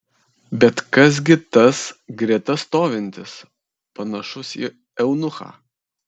bet kas gi tas greta stovintis panašus į eunuchą